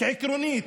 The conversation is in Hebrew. עקרונית